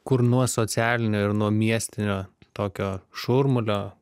kur nuo socialinio ir nuo miestinio tokio šurmulio